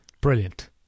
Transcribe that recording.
Brilliant